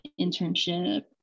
internship